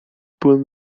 byłem